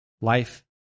life